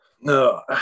No